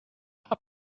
pup